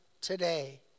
today